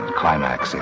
climax